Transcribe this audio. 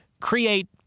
create